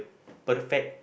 perfect